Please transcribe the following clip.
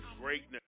Greatness